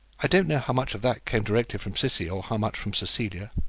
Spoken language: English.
i don't know how much of that came directly from cissy, or how much from cecilia.